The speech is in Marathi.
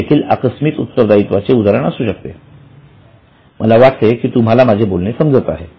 हे देखील आकस्मित उत्तरदायित्वाची उदाहरण असू शकते मला वाटते तुम्हाला माझे बोलणे समजत आहे